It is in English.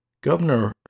Governor